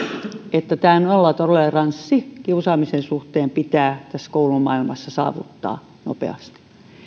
että nollatoleranssi kiusaamisen suhteen pitää koulumaailmassa saavuttaa nopeasti